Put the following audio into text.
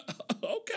Okay